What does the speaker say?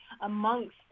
amongst